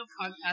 podcast